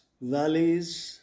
valleys